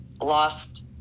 lost